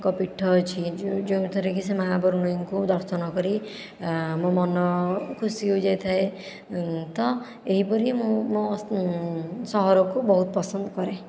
ଙ୍କ ପୀଠ ଅଛି ଯେଉଁଠାରେ କି ସେ ମା ବରୁଣେଇଙ୍କୁ ଦର୍ଶନ କରି ମୋ ମନ ଖୁସି ହୋଇଯାଇଥାଏ ତ ଏହିପରି ମୁଁ ମୋ ସହରକୁ ବହୁତ ପସନ୍ଦ କରେ